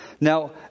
Now